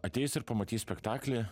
ateis ir pamatys spektaklį